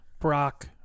Brock